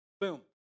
Boom